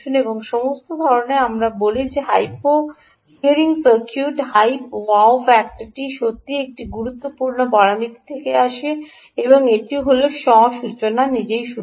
এবং সমস্ত ধরণের আমাদের বলি যে হাইপো হিয়ারিং সার্কিটের হাইপ ওয়াও ফ্যাক্টরটি সত্যই একটি গুরুত্বপূর্ণ পরামিতি থেকে আসে এবং এটি হল স্ব সূচনা নিজেই শুরু করা